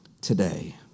today